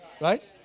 Right